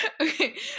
Okay